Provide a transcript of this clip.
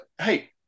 hey